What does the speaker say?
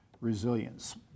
resilience